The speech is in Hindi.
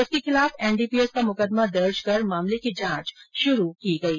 उसके खिलाफ एनडीपीएस का मुकदमा दर्ज कर मामले की जांच शुरू कर दी गई है